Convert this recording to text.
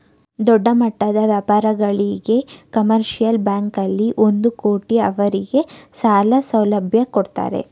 ದೊಡ್ಡಮಟ್ಟದ ವ್ಯಾಪಾರಿಗಳಿಗೆ ಕಮರ್ಷಿಯಲ್ ಬ್ಯಾಂಕಲ್ಲಿ ಒಂದು ಕೋಟಿ ಅವರಿಗೆ ಸಾಲ ಸೌಲಭ್ಯ ಕೊಡ್ತಾರೆ